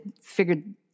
figured